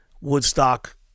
Woodstock